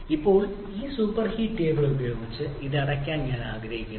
ഇപ്പോൾ superheated table ഉപയോഗിച്ച് ഇത് അടയ്ക്കാൻ ഞാൻ ആഗ്രഹിക്കുന്നു